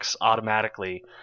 automatically